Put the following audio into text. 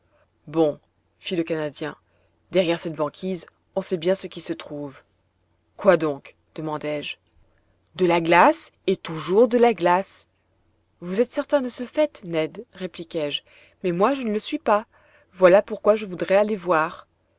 bon fit le canadien derrière cette banquise on sait bien ce qui se trouve quoi donc demandai-je de la glace et toujours de la glace vous êtes certain de ce fait ned répliquai-je mais moi je ne le suis pas voilà pourquoi je voudrais aller voir